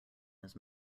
his